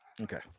Okay